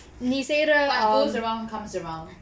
what goes around comes around